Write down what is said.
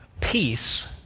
peace